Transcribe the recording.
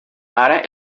ara